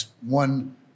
one